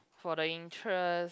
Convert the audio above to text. for the interest